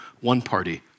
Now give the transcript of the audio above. one-party